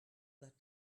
that